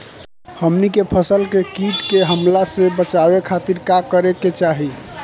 हमनी के फसल के कीट के हमला से बचावे खातिर का करे के चाहीं?